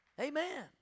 Amen